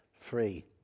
free